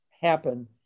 happen